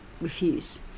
refuse